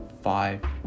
five